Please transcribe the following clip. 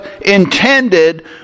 intended